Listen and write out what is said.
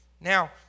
Now